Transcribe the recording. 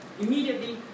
Immediately